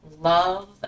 love